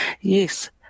Yes